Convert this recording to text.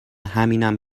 همینم